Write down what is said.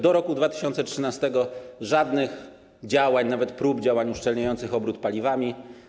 Do roku 2013 nie było żadnych działań, nawet prób działań uszczelniających obrót paliwami.